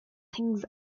things